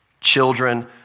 children